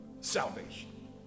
salvation